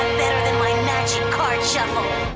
than my magic card shuffle.